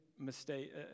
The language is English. mistake